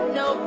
no